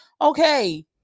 Okay